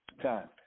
Time